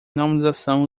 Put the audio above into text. normalização